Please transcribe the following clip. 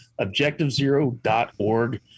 objectivezero.org